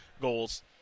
goals